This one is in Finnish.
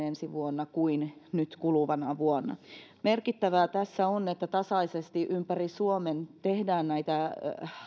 ensi vuonna kuin nyt kuluvana vuonna merkittävää tässä on että tasaisesti ympäri suomen tehdään näitä